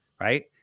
right